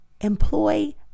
employ